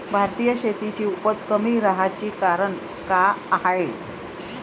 भारतीय शेतीची उपज कमी राहाची कारन का हाय?